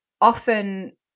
often